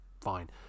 fine